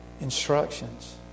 instructions